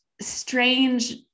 strange